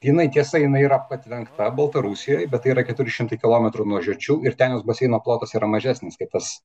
jinai tiesa jinai yra patvenkta baltarusijoj bet tai yra keturi šimtai kilometrų nuo žiočių ir ten jos baseino plotas yra mažesnis kaip tas